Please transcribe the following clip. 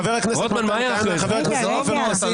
חבר הכנסת עופר כסיף,